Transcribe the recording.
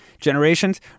generations